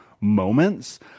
moments